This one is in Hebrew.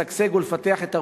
לשגשג ולפתח את תרבותו,